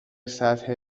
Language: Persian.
سطح